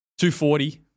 240